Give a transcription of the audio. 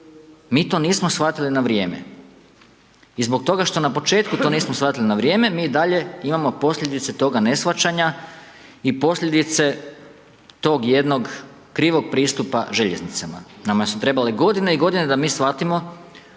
Mi to nismo shvatili na vrijeme i zbog toga što na početku to nismo shvatili na vrijeme, mi dalje imamo posljedice toga neshvaćanja i posljedice tog jednog krivog pristupa željeznicama. Nama su trebale godine i godine da mi shvatimo